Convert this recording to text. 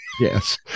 Yes